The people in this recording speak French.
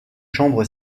chambre